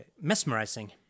mesmerizing